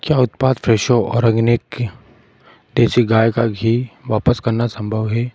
क्या उत्पाद Fresho organic देसी गाय का घी वापस करना संभव है